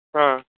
हा